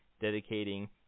dedicating